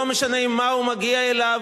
לא משנה עם מה הוא מגיע אליו,